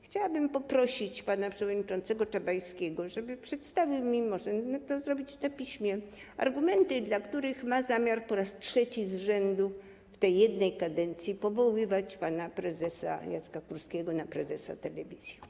Chciałabym poprosić pana przewodniczącego Czabańskiego, żeby przedstawił mi, może to zrobić na piśmie, argumenty, dla których ma zamiar po raz trzeci z rzędu w tej jednej kadencji powoływać pana prezesa Jacka Kurskiego na prezesa telewizji.